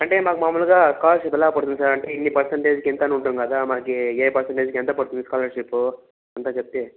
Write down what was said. అంటే మాకు మామూలుగా స్కాలర్షిప్ ఎలా పడుతుంది సార్ అంటే ఇన్ని పర్సంటేజ్కి ఇంత అని ఉంటుంది కదా మాకీ ఏ పర్సంటేజ్కి ఎంత పడుతుంది స్కాలర్షిప్పు అంతా చెప్తే